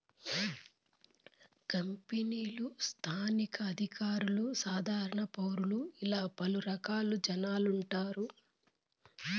కంపెనీలు స్థానిక అధికారులు సాధారణ పౌరులు ఇలా పలు రకాల జనాలు ఉన్నారు